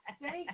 Thank